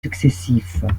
successifs